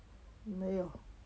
没有